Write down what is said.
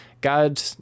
God